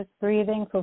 breathing